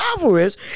Alvarez